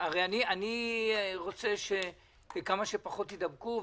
הרי אני רוצה שכמה שפחות יידבקו.